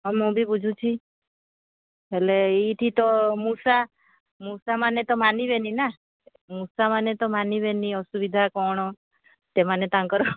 ହଁ ମୁଁ ବି ବୁଝୁଛି ହେଲେ ଏଇଠି ତ ମୂଷା ମୂଷାମାନେ ତ ମାନିବେନି ନା ମୂଷାମାନେ ତ ମାନିବେନି ଅସୁବିଧା କ'ଣ ସେମାନେ ତାଙ୍କର